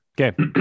Okay